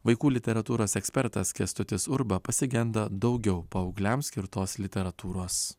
vaikų literatūros ekspertas kęstutis urba pasigenda daugiau paaugliams skirtos literatūros